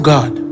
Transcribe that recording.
God